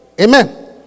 Amen